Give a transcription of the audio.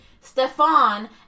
Stefan